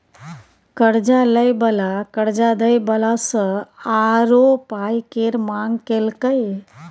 कर्जा लय बला कर्जा दय बला सँ आरो पाइ केर मांग केलकै